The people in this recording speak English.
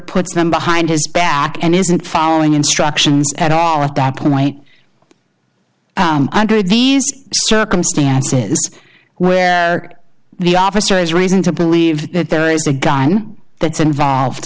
puts them behind his back and isn't following instructions at all at that point under these circumstances where the officer has reason to believe that there is a gun that's involved